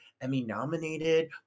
Emmy-nominated